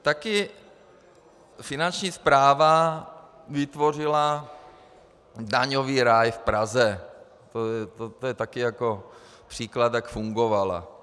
Také Finanční správa vytvořila daňový ráj v Praze, to je také příklad, jak fungovala.